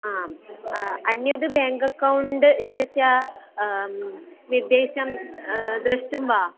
आम् अन्यत् bank account इत्यस्य निर्देशं दृष्टं वा